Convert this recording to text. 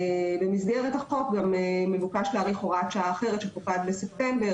במסגרת החוק גם מבוקש להאריך הוראת שעה אחרת שפוקעת בספטמבר